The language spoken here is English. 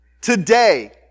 Today